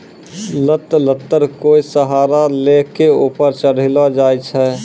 लत लत्तर कोय सहारा लै कॅ ऊपर चढ़ैलो जाय छै